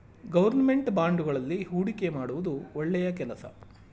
government ಬಾಂಡುಗಳಲ್ಲಿ ಹೂಡಿಕೆ ಮಾಡುವುದು ಒಳ್ಳೆಯ ಕೆಲಸ